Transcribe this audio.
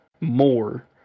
more